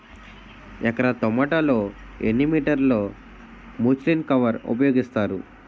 ఎకర టొమాటో లో ఎన్ని మీటర్ లో ముచ్లిన్ కవర్ ఉపయోగిస్తారు?